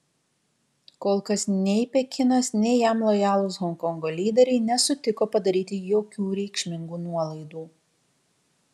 kol kas nei pekinas nei jam lojalūs honkongo lyderiai nesutiko padaryti jokių reikšmingų nuolaidų